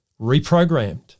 reprogrammed